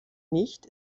nicht